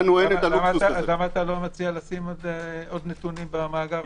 אז למה אתה לא מציע לשים עוד נתונים במאגר?